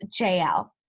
JL